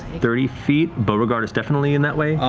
thirty feet, beauregard is definitely in that way.